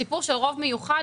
הסיפור של רוב מיוחד,